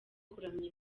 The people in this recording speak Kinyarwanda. kuramya